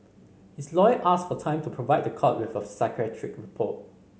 his lawyer asked for time to provide the court with a psychiatric report